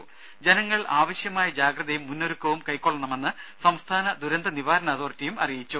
ദേദ ജനങ്ങൾ ആവശ്യമായ ജാഗ്രതയും മുന്നൊരുക്കവും കൈക്കൊള്ളണമെന്ന് സംസ്ഥാന ദുരന്ത നിവാരണ അതോറിറ്റി അറിയിച്ചു